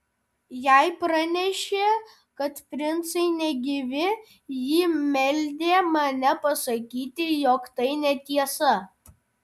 jai pranešė kad princai negyvi ji meldė mane pasakyti jog tai netiesa